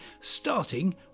starting